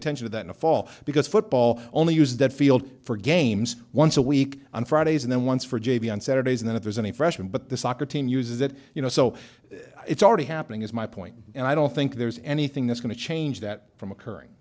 attention to that in a fall because football only use that field for games once a week on fridays and then once for j v on saturdays and if there's any freshman but the soccer team uses it you know so it's already happening is my point and i don't think there's anything that's going to change that from occurring